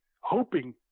hoping